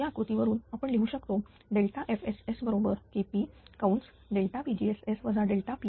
या आकृतीवरून आपण लिहू शकतो FSS बरोबर Kp